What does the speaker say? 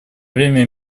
время